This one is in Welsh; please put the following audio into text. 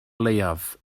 leiaf